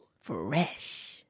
Fresh